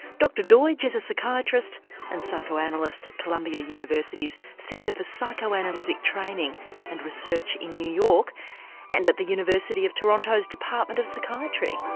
dr doidge is a psychiatrist and psychoanalyst at columbia university's centre for psychoanalytic training and research in new york and at the university of toronto's department of psychiatry.